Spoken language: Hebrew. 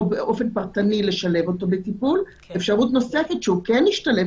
באופן פרטני לשלב אותו בטיפול; אפשרות נוספת שהוא כן ישתלב